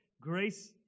Grace